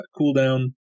cooldown